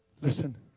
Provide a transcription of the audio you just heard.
listen